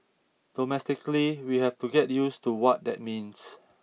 domestically we have to get used to what that means